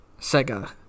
Sega